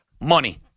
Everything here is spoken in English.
money